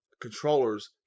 controllers